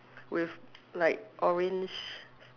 with like orange